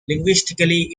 linguistically